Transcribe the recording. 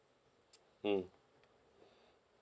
mm